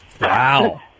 Wow